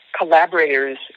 collaborators